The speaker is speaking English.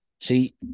See